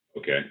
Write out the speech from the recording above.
Okay